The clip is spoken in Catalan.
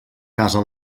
casa